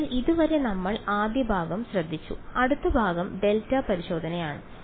അതിനാൽ ഇതുവരെ നമ്മൾ ആദ്യ ഭാഗം ശ്രദ്ധിച്ചു അടുത്ത ഭാഗം ഡെൽറ്റ പരിശോധനയാണ്